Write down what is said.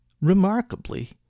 remarkably